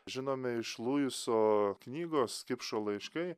žinome iš luiso knygos kipšo laiškai